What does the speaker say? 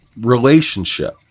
Relationship